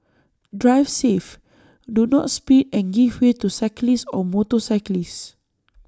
drive safe do not speed and give way to cyclists or motorcyclists